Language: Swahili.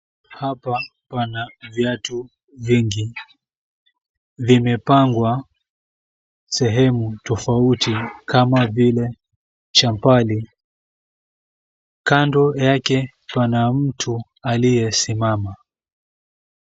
Hapa pana viatu vingi. Vimepangwa, sehemu tofauti kama vile, champali. Kando yake pana mtu aliyesimama.